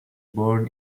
born